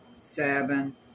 seven